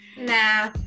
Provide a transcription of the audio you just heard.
Nah